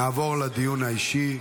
נעבור לדיון האישי.